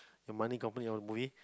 your money company all